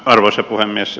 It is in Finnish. arvoisa puhemies